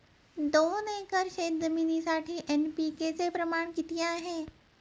दोन एकर शेतजमिनीसाठी एन.पी.के चे प्रमाण किती आहे?